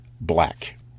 black